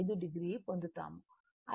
5 o పొందుతాము